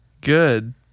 Good